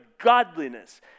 godliness